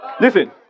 Listen